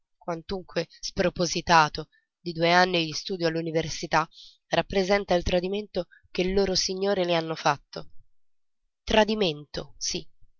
quantunque spropositato di due anni di studio all'università rappresenta il tradimento che loro signore le hanno fatto tradimento sì